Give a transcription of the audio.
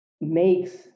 makes